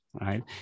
right